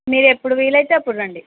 మీరు ఎప్పుడు వీలైతే అప్పుడు రండి